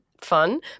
fun